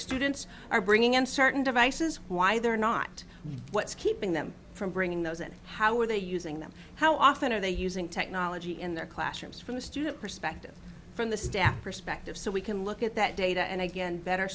students are bringing in certain devices why they're not what's keeping them from bringing those and how were they using them how often are they using technology in their classrooms from a student perspective from the staff perspective so we can look at that data and again better